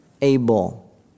able